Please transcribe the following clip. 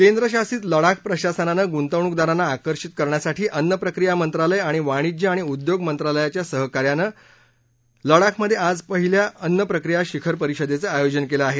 केंद्रशासित लडाख प्रशासनानं गुंतवणूकदारांना आकर्षित करण्यासाठी अन्नप्रक्रिया मंत्रालय आणि वाणीज्य आणि उद्योग मंत्रालयाच्या सहकार्यानं लडाखमध्ये आज पहिल्या अन्नप्रक्रिया शिखर परिषदेचं आयोजन केलं आहे